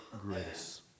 grace